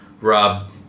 Rob